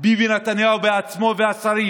ביבי נתניהו בעצמו והשרים